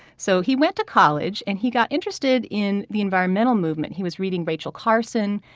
so he went to college and he got interested in the environmental movement he was reading rachel carson.